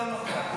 מוותר.